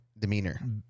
demeanor